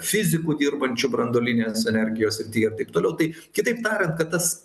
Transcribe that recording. fizikų dirbančių branduolinės energijos srityje ir taip toliau tai kitaip tariant kad tas